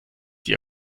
die